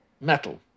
metal